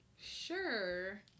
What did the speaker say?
sure